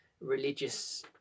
religious